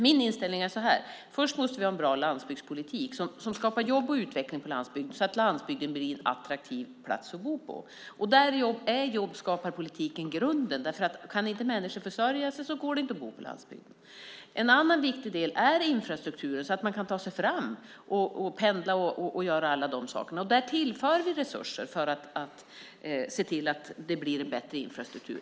Min inställning är att vi först måste ha en bra landsbygdspolitik som skapar jobb och utveckling på landsbygden så att landsbygden blir attraktiv att bo på. Där är jobbskaparpolitiken grunden. Om inte människor kan försörja sig går det inte att bo på landsbygden. En annan viktig del är infrastrukturen så att man kan ta sig fram och pendla. Där tillför vi resurser för att se till att det blir en bättre infrastruktur.